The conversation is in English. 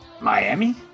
Miami